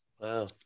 Wow